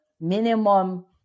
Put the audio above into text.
minimum